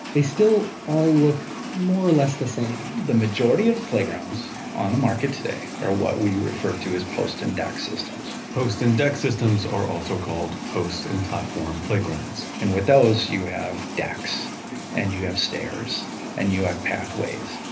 they still all look more or less the same. the majority of playgrounds on the market today are what we refer to as post index systems. post index systems are also called post and platform playgrounds. and with those you have desks and you have stairs and you have pathways.